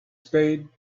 spade